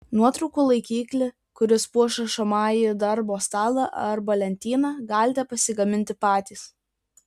nuotraukų laikiklį kuris puoš rašomąjį darbo stalą arba lentyną galite pasigaminti patys